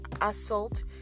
assault